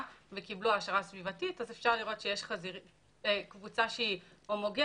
וקיבלו העשרה סביבתית אפשר לראות שיש קבוצה שהיא הומוגנית,